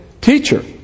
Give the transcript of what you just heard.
Teacher